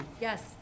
Yes